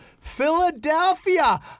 Philadelphia